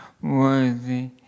Worthy